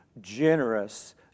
generous